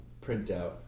printout